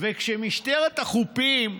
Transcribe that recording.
וכשמשטרת החופים,